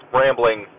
rambling